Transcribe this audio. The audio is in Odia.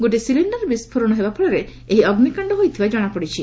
ଗୋଟିଏ ସିଲିଣ୍ଡର ବିସ୍ଫୋରଣ ହେବା ଫଳରେ ଏହି ଅଗ୍ନିକାଣ୍ଡ ହୋଇଥିବା କଣାପଡ଼ିଛି